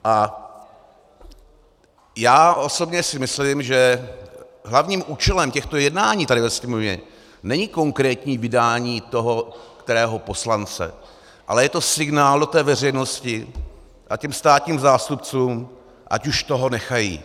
A já osobně si myslím, že hlavním účelem těchto jednání tady ve Sněmovně není konkrétní vydání toho kterého poslance, ale je to signál do veřejnosti a státním zástupcům, ať už toho nechají.